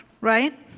right